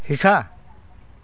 শিকা